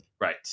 Right